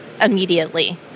immediately